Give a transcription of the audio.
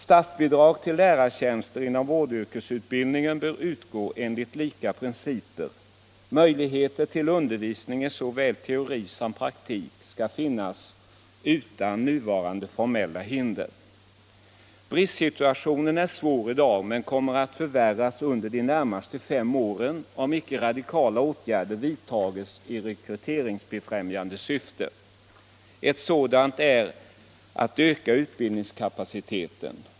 Statsbidrag till lärartjänsterna inom vårdyrkesutbildningen bör utgå enligt lika principer. Möjligheter till undervisning i såväl teori som praktik skall finnas utan nuvarande formella hinder. Bristsituationen är svår i dag men kommer att förvärras under de när maste fem åren om inte radikala åtgärder vidtas i rekryteringsbefrämjande - [a ha syfte. En sådan är att öka utbildningskapaciteten.